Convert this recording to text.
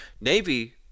Navy